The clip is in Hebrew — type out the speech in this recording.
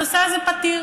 הנושא הזה פתיר.